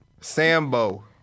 Sambo